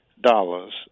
dollars